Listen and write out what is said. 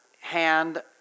hand